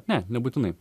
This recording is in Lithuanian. ne nebūtinai